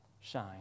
Shine